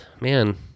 Man